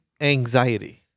anxiety